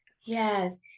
yes